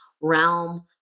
realm